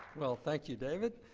well, thank you, david.